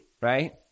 right